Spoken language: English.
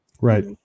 Right